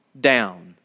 down